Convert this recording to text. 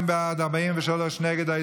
32 בעד, 43 נגד.